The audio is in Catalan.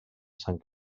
sant